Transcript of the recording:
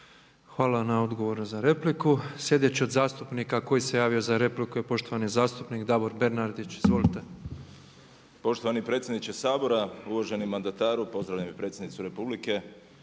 Hvala na odgovornu za repliku. Slijedeći od zastupnika koji se javio za repliku je poštovani zastupnik Davor Bernardić. Izvolite. **Bernardić, Davor (SDP)** Poštovani predsjedniče Sabora, uvaženi mandataru, pozdravljam i predsjednicu republike,